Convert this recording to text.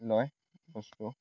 লয় বস্তু